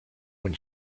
when